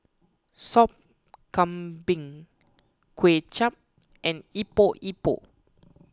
Sop Kambing Kuay Chap and Epok Epok